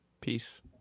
Peace